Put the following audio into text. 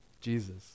Jesus